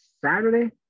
Saturday